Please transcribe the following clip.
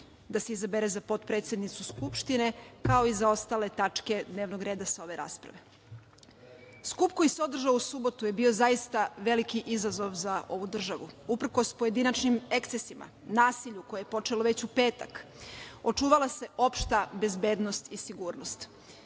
da se izabere za potpredsednicu Skupštine, kao i za ostale tačke dnevnog reda sa ove rasprave. Skup koji se održao u subotu je bio zaista veliki izazov za ovu državu, uprkos pojedinačnim ekscesima, nasilju koje je počelo već u petak, očuvala se opšta bezbednost i sigurnost.